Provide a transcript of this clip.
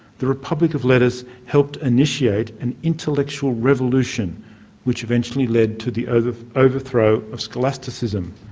the republic of letters helped initiate an intellectual revolution which eventually led to the ah the overthrow of scholasticism.